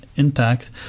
Intact